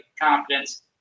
confidence